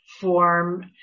form